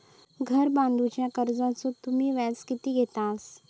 घर बांधूच्या कर्जाचो तुम्ही व्याज किती घेतास?